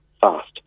fast